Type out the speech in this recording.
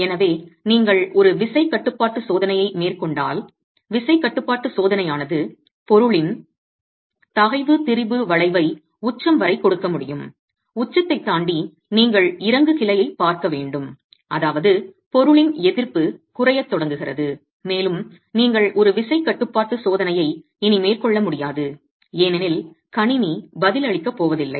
எனவே நீங்கள் ஒரு விசைக் கட்டுப்பாட்டுச் சோதனையை மேற்கொண்டால் விசைக் கட்டுப்பாட்டுச் சோதனையானது பொருளின் தகைவு திரிபு வளைவை உச்சம் வரை கொடுக்க முடியும் உச்சத்தைத் தாண்டி நீங்கள் இறங்கு கிளையைப் பார்க்க வேண்டும் அதாவது பொருளின் எதிர்ப்பு குறையத் தொடங்குகிறது மேலும் நீங்கள் ஒரு விசைக் கட்டுப்பாட்டுச் சோதனையை இனி மேற்கொள்ள முடியாது ஏனெனில் கணினி பதிலளிக்கப் போவதில்லை